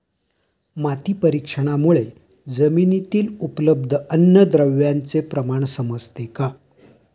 माती परीक्षणामुळे जमिनीतील उपलब्ध अन्नद्रव्यांचे प्रमाण समजते का?